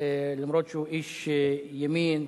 אף שהוא איש ימין,